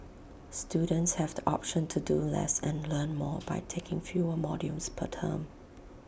students have the option to do less and learn more by taking fewer modules per term